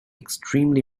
extremely